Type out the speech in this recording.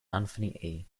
anthony